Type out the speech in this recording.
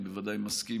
אני ודאי מסכים,